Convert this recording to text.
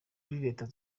leta